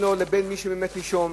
לבין מי שהוא באמת נישום,